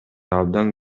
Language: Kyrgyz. абдан